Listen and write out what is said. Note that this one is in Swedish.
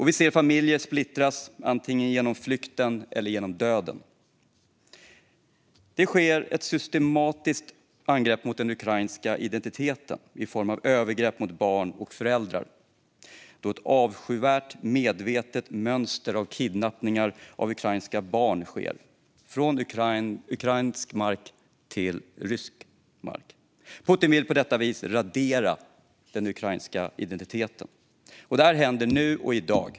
Vi ser familjer splittras, antingen genom flykten eller genom döden. Det sker ett systematiskt angrepp mot den ukrainska identiteten i form av övergrepp mot barn och föräldrar, då ett avskyvärt, medvetet mönster av kidnappningar av ukrainska barn sker från ukrainsk mark till rysk mark. Putin vill på detta vis radera den ukrainska identiteten. Och detta händer nu, i dag.